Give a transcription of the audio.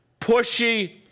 pushy